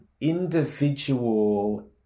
individual